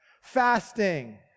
Fasting